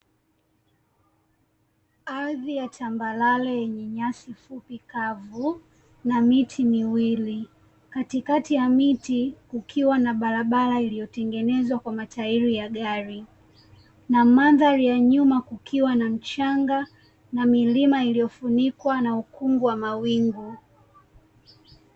Ardhi ya tambarare yenye nyasi fupi kavu na miti miwili, katikati ya miti kukiwa na barabara iliyotengenezwa kwa matairi ya gari na mandhari ya nyuma kukiwa na mchanga na milima iliyofunikwa na ukungu wa mawingu.